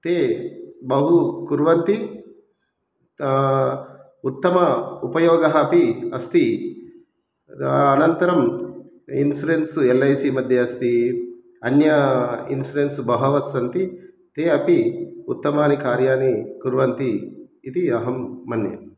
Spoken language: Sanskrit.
ते बहु कुर्वन्ति उत्तम उपयोगः अपि अस्ति अनन्तरम् इन्सुरेन्स् एल् ऐ सि मध्ये अस्ति अन्य इन्सुरेन्स् बहवस्सन्ति ते अपि उत्तमानि कार्यानि कुर्वन्ति इति अहं मन्ये